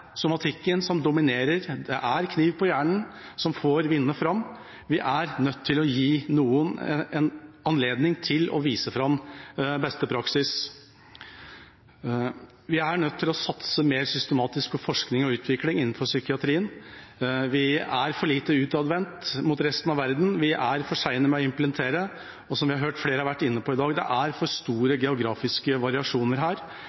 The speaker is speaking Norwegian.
somatikken som dominerer, det er kniv på hjernen som får vinne fram. Vi er nødt til å gi noen en anledning til å vise fram beste praksis. Vi er nødt til å satse mer systematisk på forskning og utvikling innenfor psykiatrien. Vi er for lite utadvendt mot resten av verden, vi er for sene med å implementere, og som vi har hørt flere har vært inne på i dag, er det for store geografiske variasjoner her.